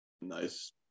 nice